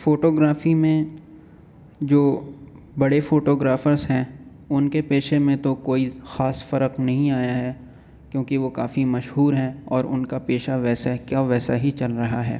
photography میں جو بڑے فوٹوگرافرس ہیں ان کے پیشے میں تو کوئی خاص فرق نہیں آیا ہے کیونکہ وہ کافی مشہور ہیں اور ان کا پیشہ ویسا کا ویسا ہی چل رہا ہے